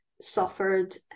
suffered